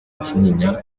kinyinya